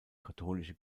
katholische